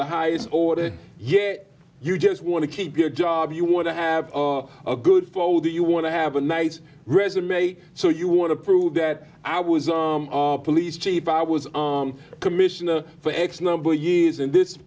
the highest order yet you just want to keep your job you want to have a good flow that you want to have a nice resume so you want to prove that i was a police chief i was commissioner for x number of years in this